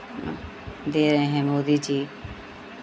दे रहे हैं मोदी जी